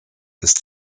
ist